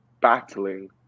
battling